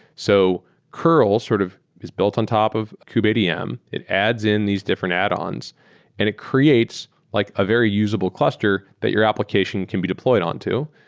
so kurl sort of is built on top of kub adm. it adds in these different add-ons and it creates like a very usable cluster that your application can be deployed on to.